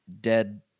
dead